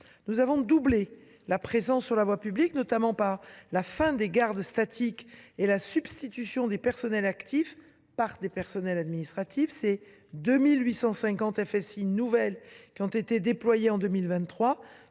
Nous avons doublé la présence d’agents sur la voie publique, notamment par la fin des gardes statiques et par la substitution du personnel actif par du personnel administratif : 2 850 FSI nouvelles ont été déployées en 2023,